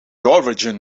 origin